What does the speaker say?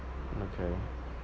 okay